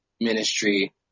ministry